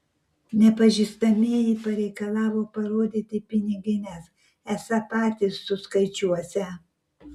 nepažįstamieji pareikalavo parodyti pinigines esą patys suskaičiuosią